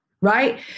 right